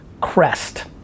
Crest